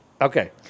Okay